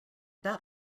that